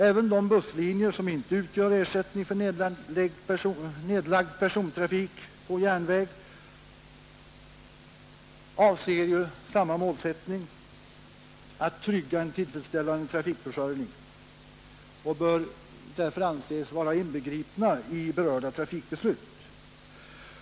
Även för de busslinjer som inte utgör ersättning för en nedlagd persontrafik på järnväg har man samma målsättning, nämligen att trygga en tillfredsställande trafikförsörjning, och de bör därför anses vara inbegripna i berörda trafikbeslut.